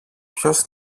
ποιος